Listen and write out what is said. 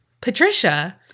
Patricia